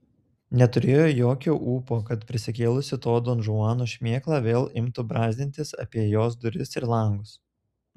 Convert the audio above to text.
neturėjo jokio ūpo kad prisikėlusi to donžuano šmėkla vėl imtų brazdintis apie jos duris ir langus